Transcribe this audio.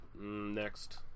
Next